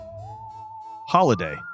Holiday